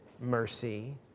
mercy